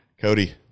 Cody